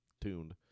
tuned